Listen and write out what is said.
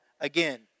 again